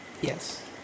Yes